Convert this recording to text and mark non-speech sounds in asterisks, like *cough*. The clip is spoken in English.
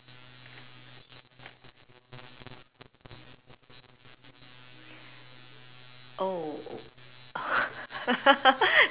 oh *laughs*